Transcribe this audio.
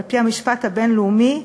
על-פי המשפט הבין-לאומי,